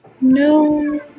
No